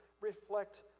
reflect